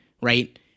right